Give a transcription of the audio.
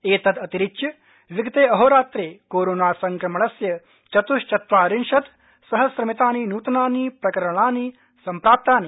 एतदतिरिच्य विगते अहोरात्रे कोरोनासंक्रमणस्य चतृश्चत्वारिशत् सहस्रमितानि नृतनानि प्रकरणानि सम्प्राप्तानि